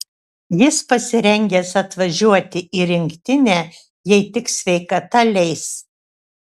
jis pasirengęs atvažiuoti į rinktinę jei tik sveikata leis